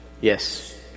Yes